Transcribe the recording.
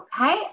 Okay